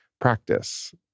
practice